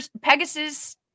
Pegasus